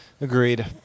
Agreed